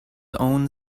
own